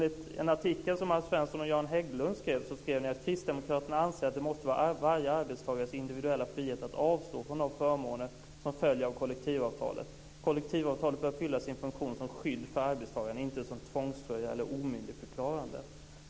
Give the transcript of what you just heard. I en artikel skrev Alf Svensson och Göran Hägglund: Kristdemokraterna anser att det måste vara varje arbetstagares individuella frihet att avstå från de förmåner som följer av kollektivavtalet. Kollektivavtalet bör fylla sin funktion som skydd för arbetstagaren, inte som tvångströja eller omyndigförklarande.